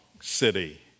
city